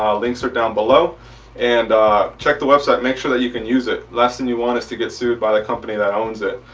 links are down below and check the website make sure that you can use it. last thing you want us to get sued by the company that owns it.